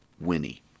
Winnie